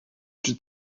czy